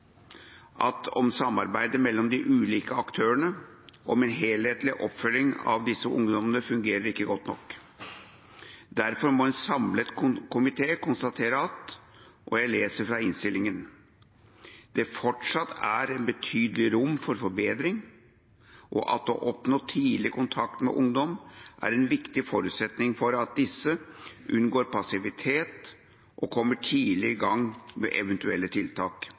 Samarbeidet mellom ulike aktører om en helhetlig oppfølging av disse ungdommene fungerer ikke godt nok. Derfor må en samlet komité konstatere at – og jeg leser fra innstillingen – «det fortsatt er et betydelig rom for forbedring, og at å oppnå tidlig kontakt med ungdommene er en viktig forutsetning for at disse unngår passivitet og kommer tidlig i gang med eventuelle tiltak».